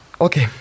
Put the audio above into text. Okay